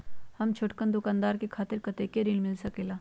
हम छोटकन दुकानदार के खातीर कतेक ऋण मिल सकेला?